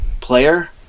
player